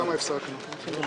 שם הפסקנו.